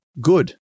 Good